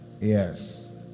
Yes